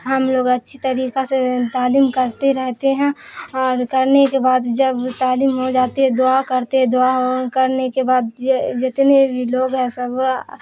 ہم لوگ اچھی طریقہ سے تعلیم کرتے رہتے ہیں اور کرنے کے بعد جب تعلیم ہو جاتی ہے دعا کرتے دعا کرنے کے بعد جتنے بھی لوگ ہیں سب